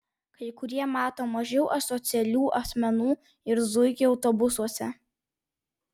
kai kurie mato mažiau asocialių asmenų ir zuikių autobusuose